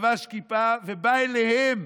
חבש כיפה ובא אליהם.